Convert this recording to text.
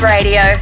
Radio